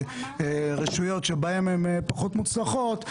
שרשויות שהן פחות מוצלחות,